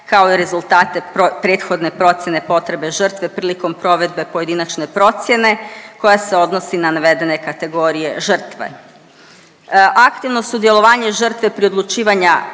kao rezultate prethodne procjene potrebe žrtve prilikom provedbe pojedinačne procjene, koja se odnosi na navedene kategorije žrtve. Aktivno sudjelovanje žrtve pri odlučivanja